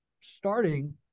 starting